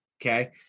Okay